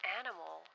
animal